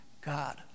God